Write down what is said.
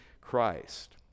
Christ